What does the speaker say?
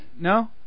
No